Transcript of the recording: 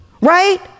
Right